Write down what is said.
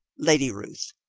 lady ruth!